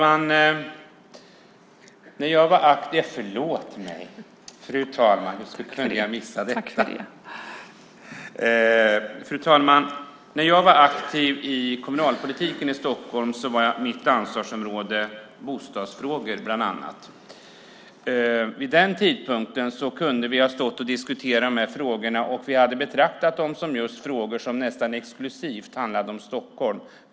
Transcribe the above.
Fru talman! När jag var aktiv i kommunalpolitiken i Stockholm var mitt ansvarsområde bland annat bostadsfrågor. Vid den tidpunkten kunde vi ha stått och diskuterat de här frågorna och hade då betraktat dem som just frågor som nästan explicit handlade om Stockholm.